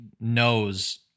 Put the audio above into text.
knows